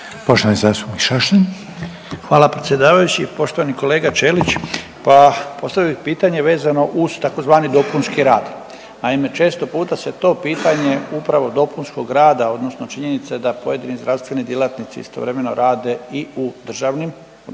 Stipan (HDZ)** Hvala predsjedavajući. Poštovani kolega Ćelić pa postavio bi pitanje vezano uz tzv. dopunski rad. Naime, često puta se to pitanje upravo dopunskog rada odnosno činjenice da pojedini zdravstveni djelatnici istovremeno rade i u državnim odnosno